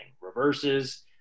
reverses